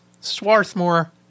Swarthmore